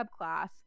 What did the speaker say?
subclass